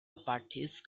apartheid